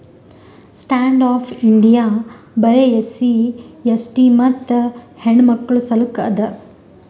stand up India ಬರೆ SC ST ಮತ್ತ ಹೆಣ್ಣಮಕ್ಕುಳ ಸಲಕ್ ಅದ